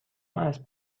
اسب